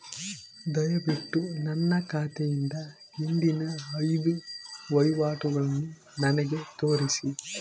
ದಯವಿಟ್ಟು ನನ್ನ ಖಾತೆಯಿಂದ ಹಿಂದಿನ ಐದು ವಹಿವಾಟುಗಳನ್ನು ನನಗೆ ತೋರಿಸಿ